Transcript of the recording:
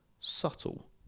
subtle